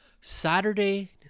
Saturday